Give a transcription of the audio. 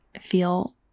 feel